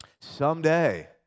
Someday